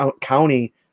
county